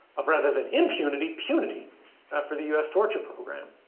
of rather than impunity punity for the us torture program.